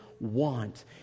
want